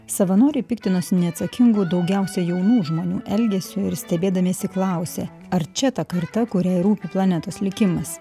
savanoriai piktinosi neatsakingu daugiausia jaunų žmonių elgesiu ir stebėdamiesi klausė ar čia ta karta kuriai rūpi planetos likimas